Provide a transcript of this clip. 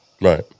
right